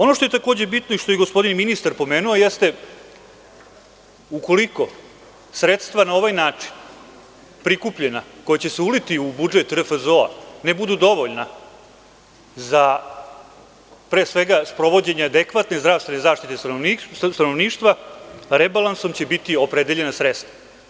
Ono što je takođe bitno i što je i gospodin ministar pomenuo jeste, ukoliko sredstva na ovaj način prikupljena koja će se uliti u budžet RFZO ne budu dovoljna za sprovođenje adekvatne zdravstvene zaštite stanovništva, rebalansom će biti opredeljena sredstva.